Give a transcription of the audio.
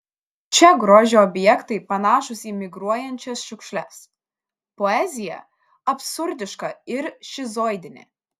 čia grožio objektai panašūs į migruojančias šiukšles poezija absurdiška ir šizoidinė